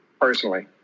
personally